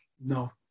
no